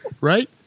right